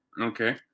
Okay